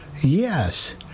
yes